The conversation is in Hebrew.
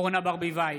אורנה ברביבאי,